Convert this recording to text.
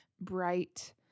bright